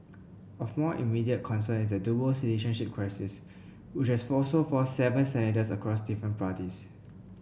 of more immediate concern is the dual citizenship crisis which has also forced out seven senators across different parties